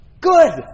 Good